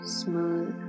smooth